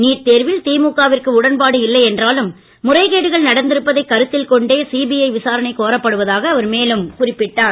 NEET தேர்வில் திமுக விற்கு உடன்பாடு இல்லை என்றாலும் முறைகேடுகள் நடந்திருப்பதைக் கருத்தில் கொண்டே சிபிஜ விசாரனை கோரப்படுவதாக அவர் மேலும் குறிப்பிட்டார்